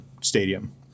stadium